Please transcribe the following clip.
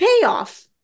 payoff